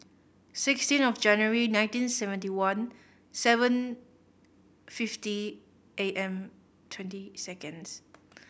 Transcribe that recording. sixteen of January nineteen seventy one seven fifty A M twenty seconds